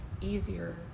easier